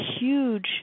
huge